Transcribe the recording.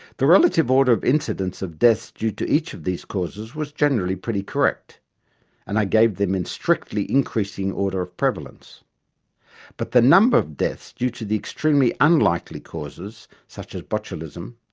the relative order of incidence of deaths due to each of these causes was generally pretty correct and i gave them in strictly increasing order of prevalence but the number of deaths due to the extremely unlikely causes, such as botulism,